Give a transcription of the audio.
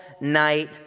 night